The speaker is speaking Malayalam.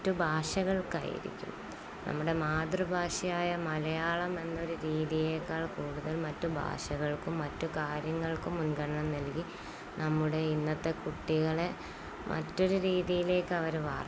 മറ്റു ഭാഷകൾക്കായിരിക്കും നമ്മുടെ മാതൃഭാഷയായ മലയാളം എന്നൊരു രീതിയേക്കാൾ കൂടുതൽ മറ്റു ഭാഷകൾക്കും മറ്റു കാര്യങ്ങൾക്കും മുൻഗണന നൽകി നമ്മുടെ ഇന്നത്തെ കുട്ടികളെ മറ്റൊരു രീതിയിലേക്ക് അവര് വാര്ത്തെടുക്കും